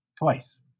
Twice